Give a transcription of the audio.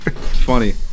funny